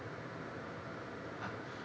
ah